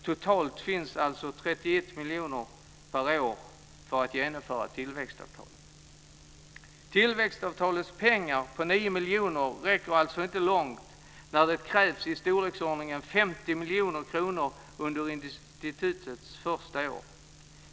Totalt finns det alltså 31 miljoner per år för att genomföra tillväxtavtalet. De 9 miljonerna räcker alltså inte långt när det krävs i storleksordningen 50 miljoner kronor under institutets första år.